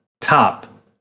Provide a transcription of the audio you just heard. top